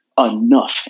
Enough